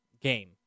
Game